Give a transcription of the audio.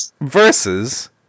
Versus